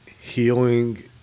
healing